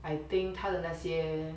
I think 他的那些